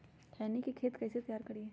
खैनी के खेत कइसे तैयार करिए?